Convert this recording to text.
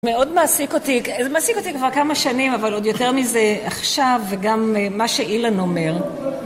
מאוד מעסיק אותי, מעסיק אותי כבר כמה שנים, אבל עוד יותר מזה עכשיו, וגם מה שאילן אומר.